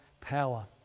power